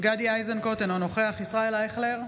גדי איזנקוט, אינו נוכח ישראל אייכלר,